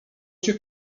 cię